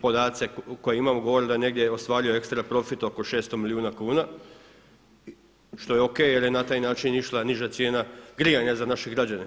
Podaci koje imam govore da je negdje ostvaruje ekstra profit oko 600 milijuna kuna što je o.k. jer je na taj način išla niža cijena grijanja za naše građane.